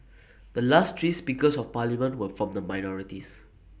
the last three speakers of parliament were from the minorities